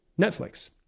Netflix